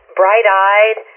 bright-eyed